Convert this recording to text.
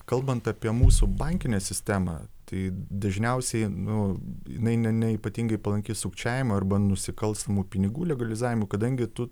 kalbant apie mūsų bankinę sistemą tai dažniausiai nu jinai ne ne ypatingai palanki sukčiavimo arba nusikalstamų pinigų legalizavimu kadangi tu